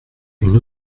une